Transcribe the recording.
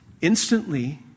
Instantly